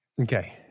Okay